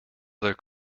other